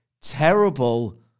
terrible